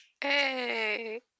Hey